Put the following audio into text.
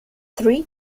three